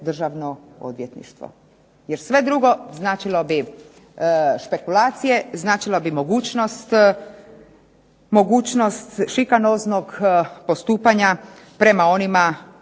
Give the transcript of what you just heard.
Državno odvjetništvo jer sve drugo značilo bi špekulacije, značilo bi mogućnost šikanoznog postupanja prema onima